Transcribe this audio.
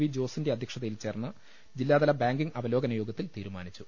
V ജോസിന്റെ അധ്യക്ഷതയിൽ ചേർ ന്ന ജില്ലാതല ബാങ്കിങ് അവലോകന യോഗ ത്തിൽ തീരുമാനിച്ചു